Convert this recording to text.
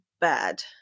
bad